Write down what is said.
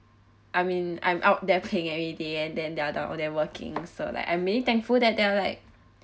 I mean I'm out there playing every day and then they're they are working so like I really thankful that they're like